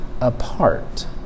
apart